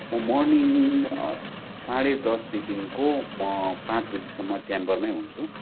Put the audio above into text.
म मर्निङ साढे दसदेखिको म पाँच बजीसम्म चेम्बरमै हुन्छु